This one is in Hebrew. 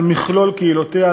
על מכלול קהילותיה,